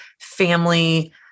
family